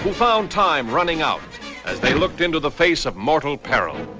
found time running out as they looked into the face of mortal peril